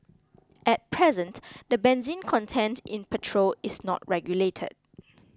at present the benzene content in petrol is not regulated